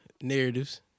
narratives